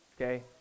okay